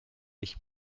ich